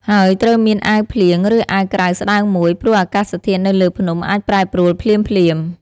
ហើយត្រូវមានអាវភ្លៀង ឬអាវក្រៅស្តើងមួយ ព្រោះអាកាសធាតុនៅលើភ្នំអាចប្រែប្រួលភ្លាមៗ។